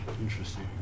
Interesting